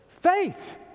Faith